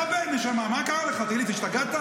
נאור שירי, לך תתחבא, נשמה, מה קרה לך, השתגעת?